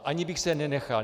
Ani bych se nenechal.